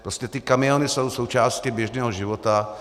Prostě kamiony jsou součástí běžného života.